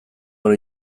ahal